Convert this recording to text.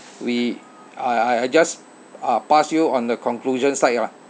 we I I just uh pass you on the conclusion side lah